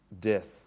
death